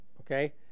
okay